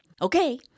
Okay